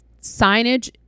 signage